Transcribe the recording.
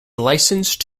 licensed